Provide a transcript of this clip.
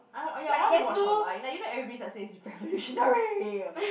I ya I ya want to watch online like you know everybody is like says it's revolutionary